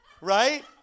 Right